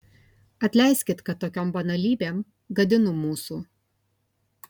atleiskit kad tokiom banalybėm gadinu mūsų